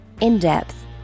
in-depth